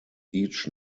each